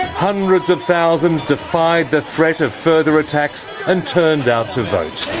hundreds of thousands defied the threat of further attacks and turned out to vote.